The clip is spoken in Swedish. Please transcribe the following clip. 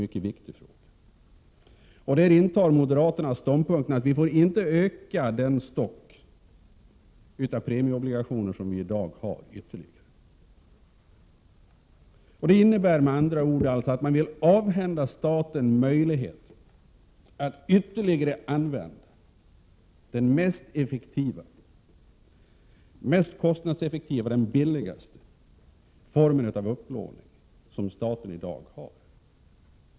Moderaterna intar den ståndpunkten att vi inte får ytterligare öka den stock av premieobligationer som vi i dag har. Det innebär med andra ord att man vill avhända staten möjligheter att ytterligare använda den mest effektiva och billigaste formen av upplåning som staten i dag har.